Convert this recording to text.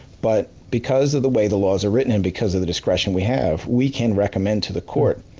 but because of the way the laws are written, and because of the discretion we have, we can recommend to the court,